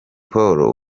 paul